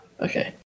okay